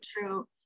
true